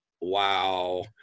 wow